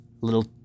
little